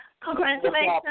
Congratulations